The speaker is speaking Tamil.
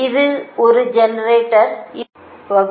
இது ஒரு ஜெனரேட்டர் இது ஒரு ஜெனரேட்டர்